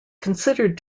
considered